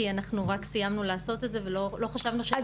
כי אנחנו רק סיימנו לעשות את זה ולא חשבנו ש- -- אז